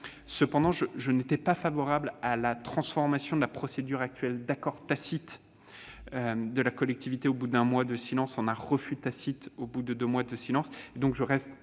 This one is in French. Toutefois, je n'étais pas favorable à la transformation de la procédure actuelle d'accord tacite de la collectivité au bout d'un mois de silence en un refus tacite au bout de deux mois de silence